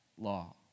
law